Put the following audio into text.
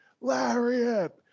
Lariat